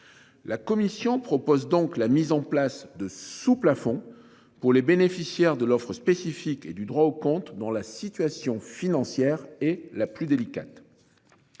La commission propose donc la mise en place de sous plafond pour les bénéficiaires de l'offre spécifique et du droit au compte. Dans la situation financière et la plus délicate.